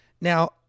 Now